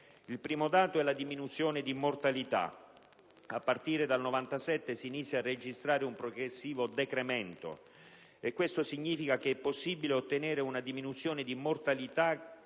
Il primo dato è la diminuzione di mortalità: a partire dal 1997 si inizia a registrare un progressivo decremento; questo significa che è possibile ottenere una diminuzione di mortalità